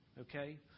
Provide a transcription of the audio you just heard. okay